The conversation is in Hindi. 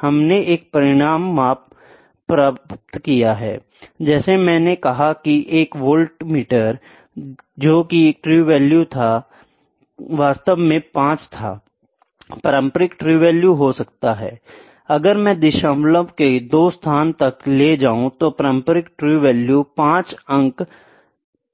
हमने एक परिणाम प्राप्त किया है जैसे मैंने कहा कि एक वाल्टमीटर जो कि ट्रू वैल्यू था वास्तव में 5 था पारंपरिक ट्रू वैल्यू हो सकता है अगर मैं दशमलव के दो स्थानों तक ले जाऊं तो पारंपरिक ट्रू वैल्यू 5 अंक